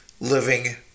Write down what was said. living